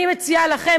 אני מציעה לכם,